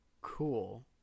Cool